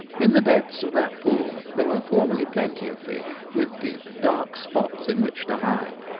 in the depths. of that pool there were formerly plenty of fish, with deep, dark spots in which to hide.